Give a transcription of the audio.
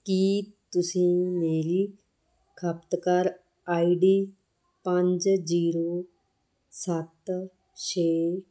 ਕੀ ਤੁਸੀਂ ਮੇਰੀ ਖਪਤਕਾਰ ਆਈ ਡੀ ਪੰਜ ਜੀਰੋ ਸੱਤ ਛੇ